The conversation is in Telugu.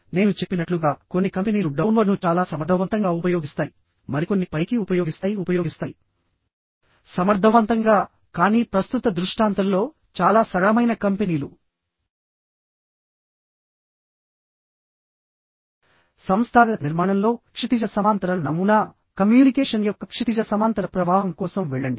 నేను చెప్పినట్లుగా కొన్ని కంపెనీలు డౌన్వర్డ్ను చాలా సమర్థవంతంగా ఉపయోగిస్తాయి మరికొన్ని పైకి ఉపయోగిస్తాయి ఉపయోగిస్తాయి సమర్థవంతంగాకానీ ప్రస్తుత దృష్టాంతంలోచాలా సరళమైన కంపెనీలు సంస్థాగత నిర్మాణంలో క్షితిజ సమాంతర నమూనా కమ్యూనికేషన్ యొక్క క్షితిజ సమాంతర ప్రవాహం కోసం వెళ్ళండి